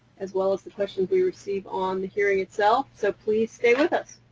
as well as the questions we receive on the hearing itself, so please stay with us.